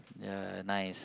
ya nice